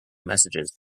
messages